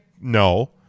No